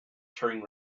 turing